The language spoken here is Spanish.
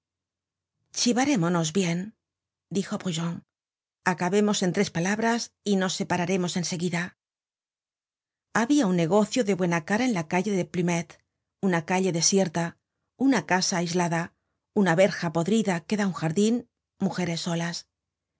devorar chivarémonos bien dijo brujon acabemos en tres palabras y nos separaremos en seguida habia un negocio de buena cara en la calle de plumet una calle desierta una casa aislada una verja podrida que da á un jardin mujeres solas y